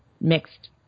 mixed